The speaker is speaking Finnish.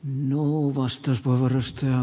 arvon puhemies